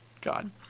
god